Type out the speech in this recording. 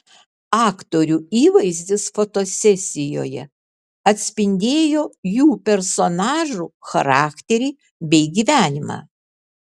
aktorių įvaizdis fotosesijoje atspindėjo jų personažų charakterį bei gyvenimą